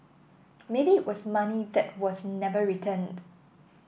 maybe it was money that was never returned